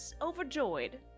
overjoyed